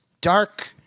dark